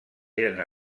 eren